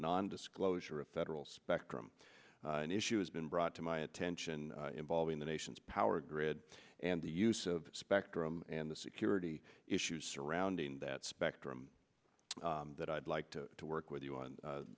non disclosure of federal spectrum an issue has been brought to my attention involving the nation's power grid and the use of spectrum and the security issues surrounding that spectrum that i'd like to to work with you on